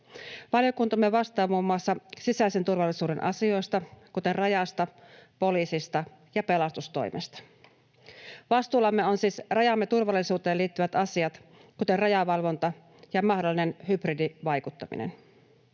Valiokuntamme vastaa muun muassa sisäisen turvallisuuden asioista, kuten rajasta, poliisista ja pelastustoimesta. Vastuullamme ovat siis rajamme turvallisuuteen liittyvät asiat, kuten rajavalvonta ja mahdollinen hybridivaikuttaminen.